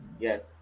yes